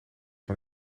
van